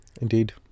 Indeed